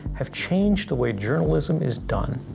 have changed the way journalism is done.